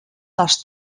les